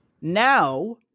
now